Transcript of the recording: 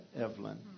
Evelyn